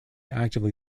actively